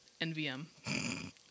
NVM